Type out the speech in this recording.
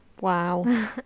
Wow